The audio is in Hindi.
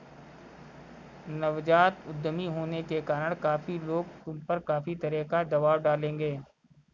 नवजात उद्यमी होने के कारण काफी लोग तुम पर काफी तरह का दबाव डालेंगे